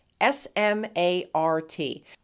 S-M-A-R-T